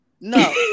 No